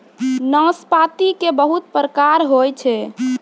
नाशपाती के बहुत प्रकार होय छै